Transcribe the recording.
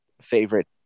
favorite